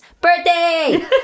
Birthday